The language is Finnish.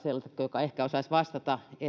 joka ehkä osaisi vastata on se